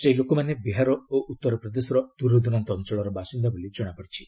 ସେହି ଲୋକମାନେ ବିହାର ଓ ଉତ୍ତରପ୍ରଦେଶର ଦୂରଦୂରାନ୍ତ ଅଞ୍ଚଳର ବାସିନ୍ଦା ବୋଲି ଜଣାପଡ଼ିଛି